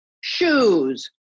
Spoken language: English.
shoes